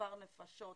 מספר נפשות,